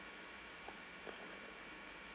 so